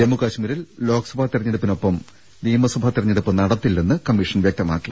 ജമ്മുകശ്മീരിൽ ലോക്സഭാ തെരഞ്ഞെടുപ്പി നൊപ്പം നിയമസഭാ തെരഞ്ഞെടുപ്പ് നടത്തില്ലെന്ന് കമ്മീഷൻ വ്യക്ത മാക്കി